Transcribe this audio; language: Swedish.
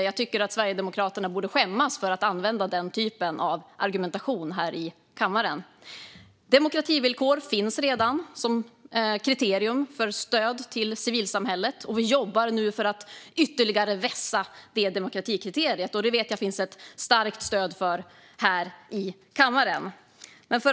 Jag tycker att Sverigedemokraterna borde skämmas för att använda den typen av argumentation här i kammaren. Demokrativillkor finns redan som kriterium för stöd till civilsamhället. Vi jobbar nu för att ytterligare vässa detta demokratikriterium, och jag vet att det finns ett starkt stöd för det här i kammaren.